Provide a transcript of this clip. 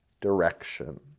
direction